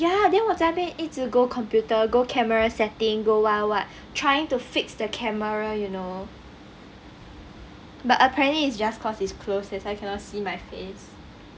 ya then 我在那边一直 go computer go camera setting go what what what trying to fix the camera you know but apparently it's just cause it's closed that's why cannot see my face